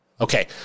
okay